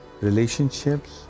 relationships